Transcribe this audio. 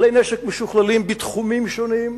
כלי נשק משוכללים בתחומים שונים.